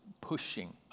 pushing